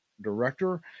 director